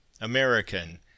American